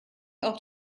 auf